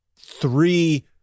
three